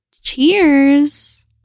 cheers